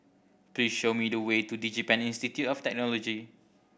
please show me the way to DigiPen Institute of Technology